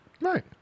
Right